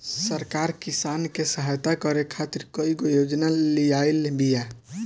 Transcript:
सरकार किसान के सहयता करे खातिर कईगो योजना लियाइल बिया